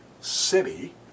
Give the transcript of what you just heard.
city